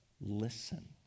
listen